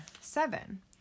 seven